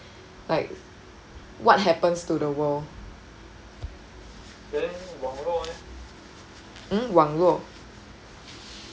like what happens to the world mm 网络